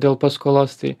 dėl paskolos tai